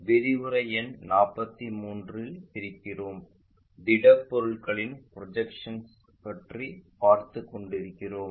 விரிவுரை எண் 43 இல் இருக்கிறோம் திடப் பொருள்களின் ப்ரொஜெக்ஷன்ஸ் பற்றி பார்த்துக் கொண்டிருக்கிறோம்